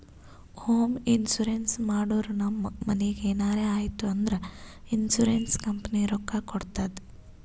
home insurance ಮಾಡುರ್ ನಮ್ ಮನಿಗ್ ಎನರೇ ಆಯ್ತೂ ಅಂದುರ್ ಇನ್ಸೂರೆನ್ಸ್ ಕಂಪನಿ ರೊಕ್ಕಾ ಕೊಡ್ತುದ್